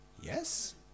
Yes